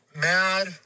mad